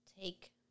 take